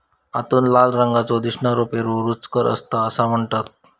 आतून लाल रंगाचो दिसनारो पेरू रुचकर असता असा म्हणतत